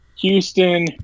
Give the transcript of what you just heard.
Houston